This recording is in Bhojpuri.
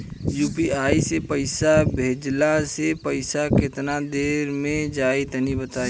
यू.पी.आई से पईसा भेजलाऽ से पईसा केतना देर मे जाई तनि बताई?